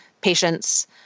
patients